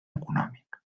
econòmic